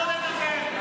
לא לדבר.